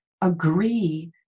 agree